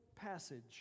passage